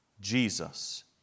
Jesus